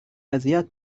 اذیت